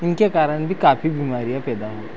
इनके कारण भी काफी बीमारियाँ पैदा हुई